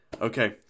Okay